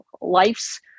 life's